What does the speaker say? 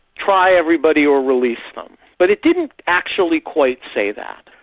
try everybody or release them. but it didn't actually quite say that.